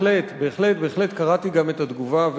קראתי גם את התגובה,